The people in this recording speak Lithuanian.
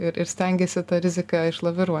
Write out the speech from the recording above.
ir ir stengiasi tą riziką išlaviruoti